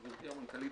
גברתי המנכ"לית,